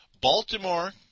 Baltimore